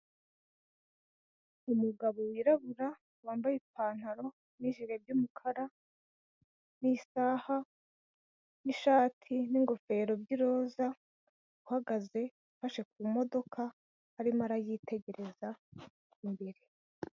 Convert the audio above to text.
Umugabo wirabura wambaye ipantaro n'ijire ry'umukara n'isaha n'ishati n'ingofero by'iroza, uhagaze afashe ku modoka arimo arayitegereza...